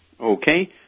Okay